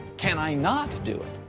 can i not do it?